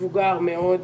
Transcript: מבוגר מאוד,